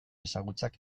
ezagutzak